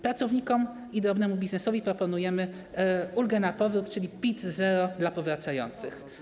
Pracownikom i drobnemu biznesowi proponujemy ulgę na powrót, czyli PIT/0 dla powracających.